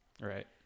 Right